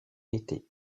été